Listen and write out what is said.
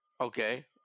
okay